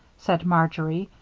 said marjory,